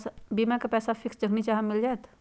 बीमा के पैसा फिक्स जखनि चाहम मिल जाएत?